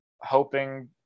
hoping